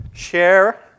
Share